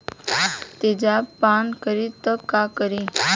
तेजाब पान करी त का करी?